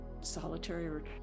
solitary